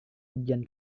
ujian